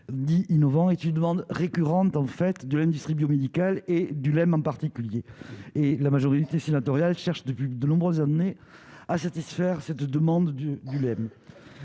dits innovants est une demande récurrente en fait de l'industrie biomédicale et du même en particulier et la majorité sénatoriale cherche depuis de nombreuses années à satisfaire cette demande du